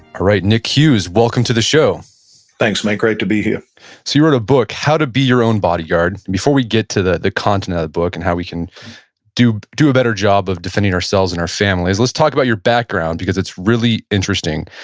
all right, nick hughes, welcome to the show thanks, mate. great to be here you wrote a book, how to be your own bodyguard. before we get to the the content of that book and how we can do do a better job of defending ourselves and our family, let's talk about your background, because it's really interesting.